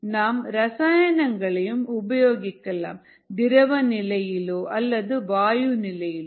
நாம் ரசாயனங்களையும் உபயோகிக்கலாம் திரவிய நிலையிலோ அல்லது வாயு நிலையிலோ